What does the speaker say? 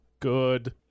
Good